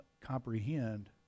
comprehend